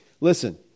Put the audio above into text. Listen